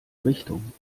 richtung